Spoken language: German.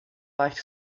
weicht